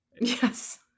Yes